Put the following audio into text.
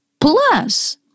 Plus